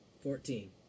Fourteen